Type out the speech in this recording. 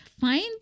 find